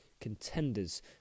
contenders